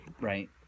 right